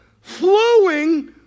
flowing